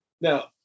now